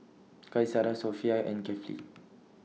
Qaisara Sofea and Kefli